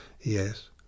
yes